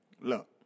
Look